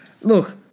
Look